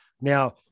Now